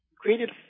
created